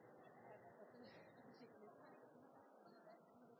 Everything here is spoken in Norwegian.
er jo det slik at Riksarkivet plutselig er en